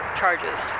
charges